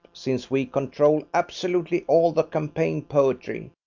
since we control absolutely all the campaign poetry.